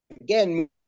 again